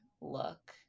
look